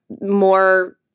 more